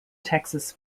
texas